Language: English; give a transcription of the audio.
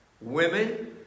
Women